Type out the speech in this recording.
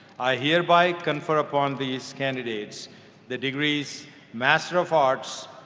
i hereby confer upon these candidates the degrees master of arts,